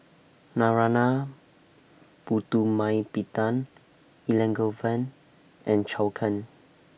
Narana Putumaippittan Elangovan and Zhou Can